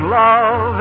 love